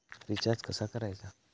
Recharge कसा करायचा?